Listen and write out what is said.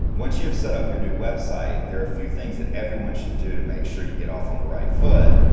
once you have set up your new website, there are a few things that everyone should do to make sure you get off on the right foot,